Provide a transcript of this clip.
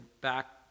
back